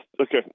Okay